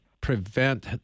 prevent